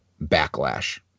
backlash